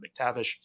McTavish